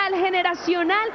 generacional